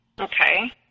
okay